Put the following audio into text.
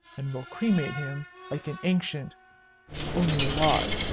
and we'll cremate him like an ancient only alive!